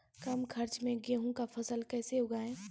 कम खर्च मे गेहूँ का फसल कैसे उगाएं?